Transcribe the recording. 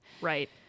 Right